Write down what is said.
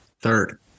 third